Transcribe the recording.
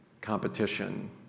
competition